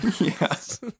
Yes